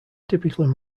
typically